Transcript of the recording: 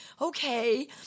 okay